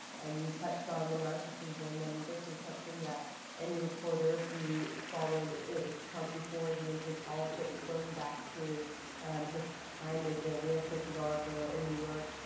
and you touched on the narcissism, and this is something that any reporter who followed trump before he entered politics going back to um his time as a real estate developer in new york,